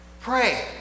Pray